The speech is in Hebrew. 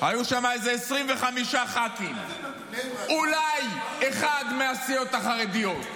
היו שם איזה 25 ח"כים, אולי אחד מהסיעות החרדיות.